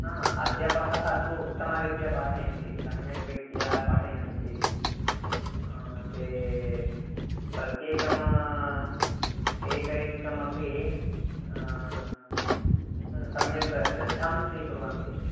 हा अध्यापकाः तु उत्तमरीत्या पाठयन्ति सम्यक्रीत्या पाठयन्ति ते प्रत्येकम् एकैकमपि सम्यक् श्रद्धया स्वीकुर्वन्ति